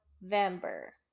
november